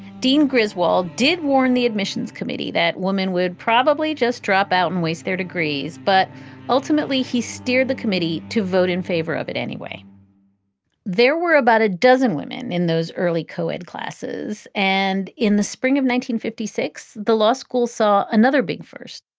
dean griswold did warn the admissions committee that woman would probably just drop out and waste their degrees. but ultimately, he steered the committee to vote in favor of it anyway there were about a dozen women in those early coed classes. and in the spring of one thousand six, the law school saw another big first.